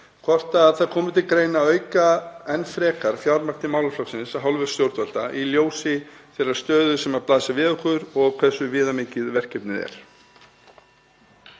hvort það komi til greina að auka enn frekar fjármagn til málaflokksins af hálfu stjórnvalda í ljósi þeirrar stöðu sem blasir við okkur og hversu viðamikið verkefnið er.